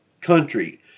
country